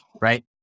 Right